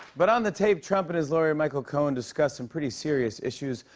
but on the tape, trump and his lawyer michael cohen discussed some pretty serious issues,